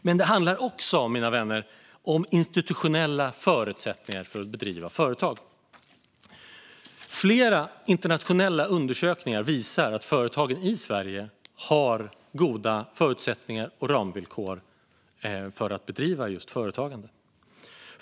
Men, mina vänner, det handlar även om institutionella förutsättningar för att bedriva företag. Flera internationella undersökningar visar att företagen i Sverige har goda förutsättningar och ramvillkor just för att bedriva företag.